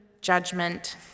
judgment